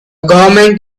government